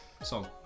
song